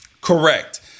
Correct